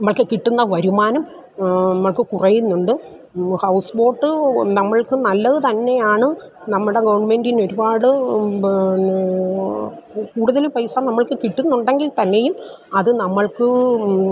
നമുക്ക് കിട്ടുന്ന വരുമാനം നമുക്ക് കുറയുന്നുണ്ട് ഹൌസ് ബോട്ട് നമ്മൾക്ക് നല്ലത് തന്നെയാണ് നമ്മുടെ ഗവൺമെൻ്റിന് ഒരുപാട് പിന്നെ കൂടുതൽ പൈസ നമ്മൾക്ക് കിട്ടുന്നുണ്ടെങ്കിൽ തന്നെയും അത് നമ്മൾക്ക്